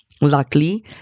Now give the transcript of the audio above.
Luckily